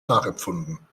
nachempfunden